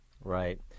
Right